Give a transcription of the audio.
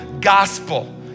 gospel